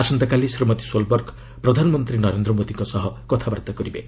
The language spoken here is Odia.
ଆସନ୍ତାକାଲି ଶ୍ରୀମତୀ ସୋଲ୍ବର୍ଗ ପ୍ରଧାନମନ୍ତ୍ରୀ ନରେନ୍ଦ୍ର ମୋଦିଙ୍କ ସହ କଥାବାର୍ତ୍ତା କରିବେ